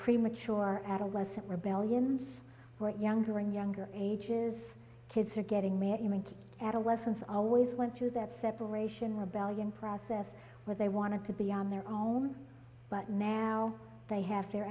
premature adolescent rebellion for younger and younger ages kids are getting me in adolescence always went through that separation rebellion process where they wanted to be on their own but now they have their